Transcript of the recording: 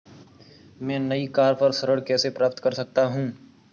मैं नई कार पर ऋण कैसे प्राप्त कर सकता हूँ?